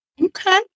Okay